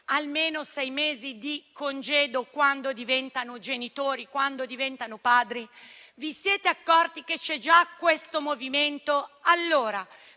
almeno sei mesi di congedo quando diventano genitori, quando diventano padri? Vi siete accorti che c'è già questo movimento? Allora